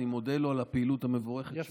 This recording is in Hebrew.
אני מודה לו על הפעילות המבורכת.